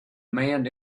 man